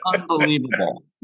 Unbelievable